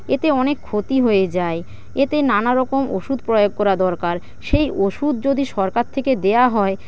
এতে অনেক ক্ষতি হয়ে যায় এতে নানারকম ওষুধ প্রয়োগ করা দরকার সেই ওষুধ যদি সরকার থেকে দেওয়া হয়